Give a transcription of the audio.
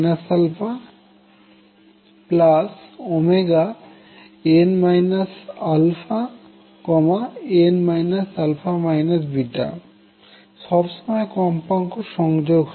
সবসময় সব কম্পাঙ্ক সংযোগ হয়না